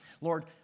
Lord